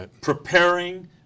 preparing